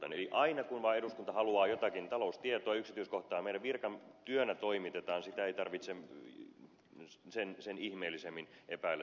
eli aina kun eduskunta vaan haluaa jotakin taloustietoa yksityiskohtaa se meillä virkatyönä toimitetaan sitä ei tarvitse sen ihmeellisemmin epäillä